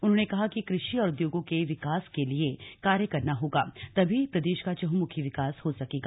उन्होने कहा कि कृषि और उद्योगों के विकास के लिए कार्य करना होगा तभी प्रदेश का चहुंमुखी विकास हो सकेगा